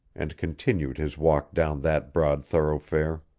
and continued his walk down that broad thoroughfare.